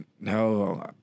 No